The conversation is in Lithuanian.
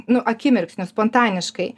nu akimirksniu spontaniškai